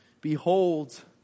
Behold